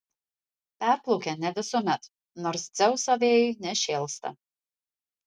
perplaukia ne visuomet nors dzeuso vėjai nešėlsta